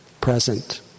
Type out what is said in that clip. Present